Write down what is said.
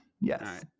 yes